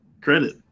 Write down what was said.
credit